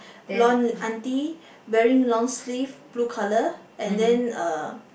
blonde aunty wearing long sleeve blue colour and then uh